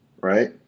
Right